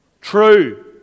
True